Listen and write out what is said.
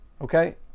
okay